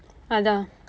அதான்:athaan